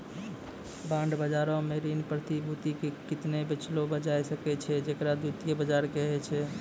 bond बजारो मे ऋण प्रतिभूति के किनलो बेचलो जाय सकै छै जेकरा द्वितीय बजार कहै छै